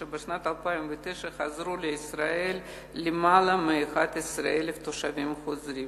שבשנת 2009 הגיעו לישראל למעלה מ-11,000 תושבים חוזרים.